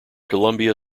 columbia